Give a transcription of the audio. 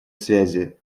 связи